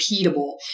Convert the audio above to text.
repeatable